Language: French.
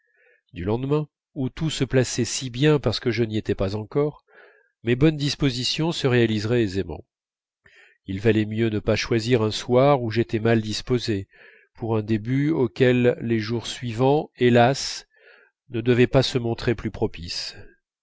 du lendemain où tout se plaçait si bien parce que je n'y étais pas encore mes bonnes dispositions se réaliseraient aisément il valait mieux ne pas choisir un soir où j'étais mal disposé pour un début auquel les jours suivants hélas ne devaient pas se montrer plus propices